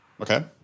Okay